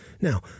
Now